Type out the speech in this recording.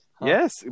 Yes